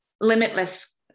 limitless